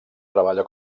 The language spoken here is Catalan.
treballa